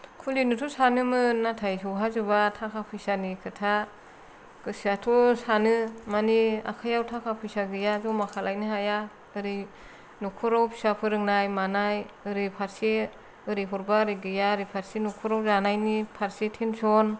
खुलिनोथ' सानोमोन नाथाय सहाजोबा थाखा फैसानि खोथा गोसोआथ' सानो माने आखायाव थाखा फैसा गैया जमा खालायनो हाया ओरै न'खराव फिसा फोरोंनाय मानाय ओरैफारसे ओरै हरबा ओरै गैया ओरैफारसे न'खराव जानायनि फारसे टेनसन